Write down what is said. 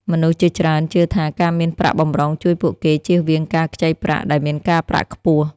មនុស្សជាច្រើនជឿថា ការមានប្រាក់បម្រុងជួយពួកគេចៀសវាងការខ្ចីប្រាក់ដែលមានការប្រាក់ខ្ពស់។